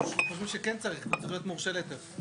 החל מתחילת שנת 2024 יהיו מבני ציבור שיעברו לחובת בקרה במכון בקרה.